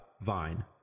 vine